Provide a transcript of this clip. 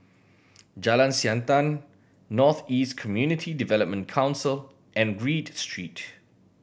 Jalan Siantan North East Community Development Council and Read Street